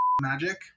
magic